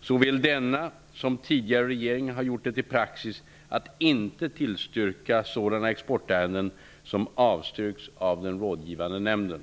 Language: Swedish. Såväl denna som tidigare regering har gjort det till praxis att inte tillstyrka sådana exportärenden som avstyrkts av den rådgivande nämnden.